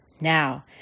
Now